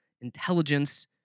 intelligence